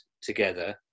together